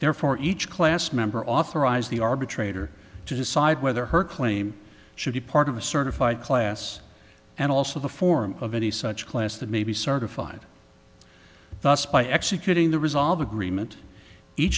therefore each class member authorized the arbitrator to decide whether her claim should be part of a certified class and also the form of any such class that may be certified thus by executing the resolve agreement each